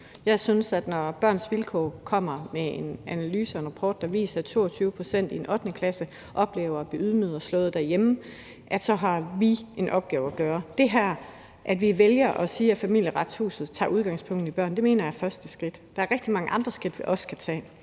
Jeg synes, at når Børns Vilkår kommer med en analyse og en rapport, der viser, at 22 pct. i en 8.-klasse oplever at blive ydmyget og slået derhjemme, så har vi en opgave at løse. Det, at vi vælger at sige, at Familieretshuset tager udgangspunkt i børnene, mener jeg er første skridt. Der er rigtig mange andre skridt, vi også skal tage.